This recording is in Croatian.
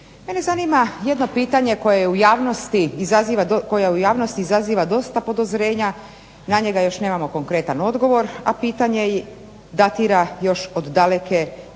Mene zanima jedno pitanje koje u javnosti izaziva dosta podozrenja, na njega još nemamo konkretan odgovor, a pitanje datira još od daleke 1993.